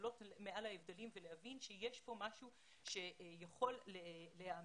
להתעלות מעל ההבדלים ולהבין שיש כאן משהו שיכול להעמיק